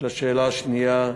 לשאלה השנייה,